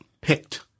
picked